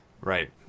Right